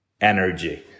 energy